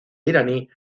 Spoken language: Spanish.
iraní